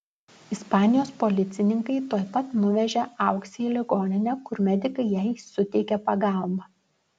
ispanijos policininkai tuoj pat nuvežė auksę į ligoninę kur medikai jai suteikė pagalbą